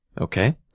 Okay